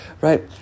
right